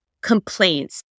complaints